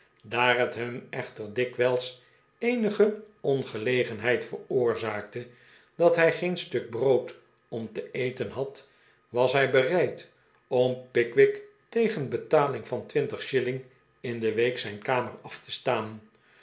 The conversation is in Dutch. daar het hem echter dikwijls eenige ongelegenheid veroorzaakte dat hij geen stuk brood om te eten had was hij bereid om pickwick tegen betaling van twintig shilling in de week zijn kamer af te staan